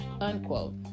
unquote